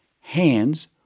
hands